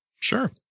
Sure